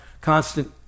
constant